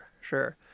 sure